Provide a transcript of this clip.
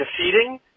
defeating